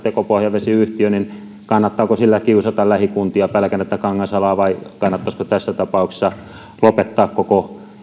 tekopohjavesiyhtiötä kannattaako sillä kiusata lähikuntia pälkänettä kangasalaa vai kannattaisiko tässä tapauksessa lopettaa koko